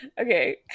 Okay